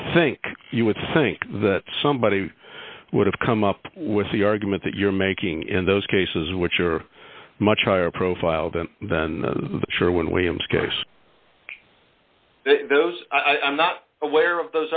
think you would think that somebody would have come up with the argument that you're making in those cases which are much higher profile than then sure when we ems case those i'm not aware of those